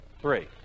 three